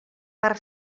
per